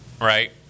right